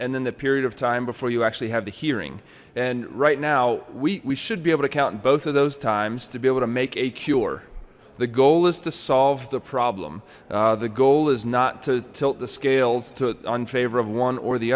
and then the period of time before you actually have the hearing and right now we should be able to count in both of those times to be able to make a cure the goal is to solve the problem the goal is not to tilt the scales to on favor of one or the